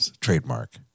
Trademark